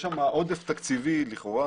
יש שמה עודף תקציבי לכאורה.